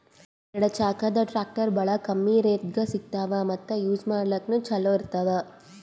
ಎರಡ ಚಾಕದ್ ಟ್ರ್ಯಾಕ್ಟರ್ ಭಾಳ್ ಕಮ್ಮಿ ರೇಟ್ದಾಗ್ ಸಿಗ್ತವ್ ಮತ್ತ್ ಯೂಜ್ ಮಾಡ್ಲಾಕ್ನು ಛಲೋ ಇರ್ತವ್